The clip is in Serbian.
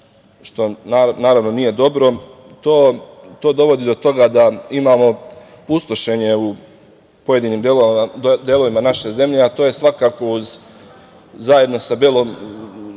što naravno nije dobro, to dovodi do toga da imamo pustošenje u pojedinim delovima naše zemlje, a to svakako u kombinaciji sa belom